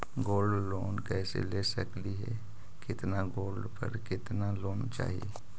Gold loan कैसे ले सकली हे, कितना गोल्ड पर कितना लोन चाही?